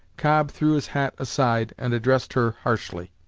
cobb threw his hat aside and addressed her harshly.